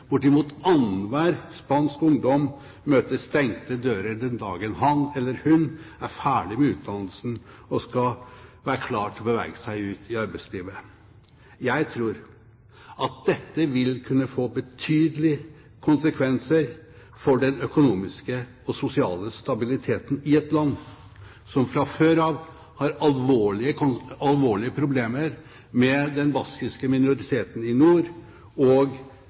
Bortimot annenhver spansk ungdom møter stengte dører den dagen han eller hun er ferdig med utdannelsen og er klar til å bevege seg ut i arbeidslivet. Jeg tror at dette vil kunne få betydelige konsekvenser for den økonomiske og sosiale stabiliteten, i et land som fra før av har alvorlige problemer med den baskiske minoriteten i nord og